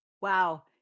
Wow